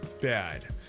bad